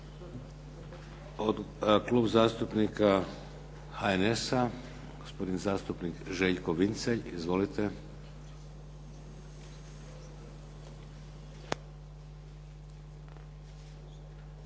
Klub zastupnika HNS-a, gospodin zastupnik Željko Vincelj. Izvolite.